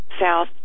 south